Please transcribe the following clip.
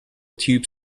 tube